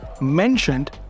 mentioned